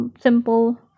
simple